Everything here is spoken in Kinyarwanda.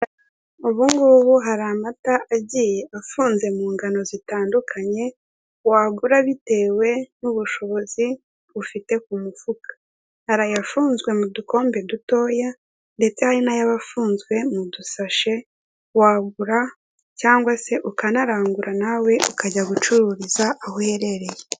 Ubugubu hari amata agiye afunze mu ngano zitandukanye, wagura bitewe n'ubushobozi ufite ku mufuka, hari ayafunzwe mu dukombe dutoya ndetse hari n'ay'abafunzwe mu dusashi wagura cyangwa se ukanarangura nawe ukajya gucuruza aho uherereye.